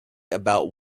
about